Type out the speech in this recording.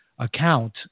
account